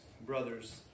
brothers